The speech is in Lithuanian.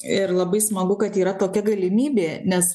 ir labai smagu kad yra tokia galimybė nes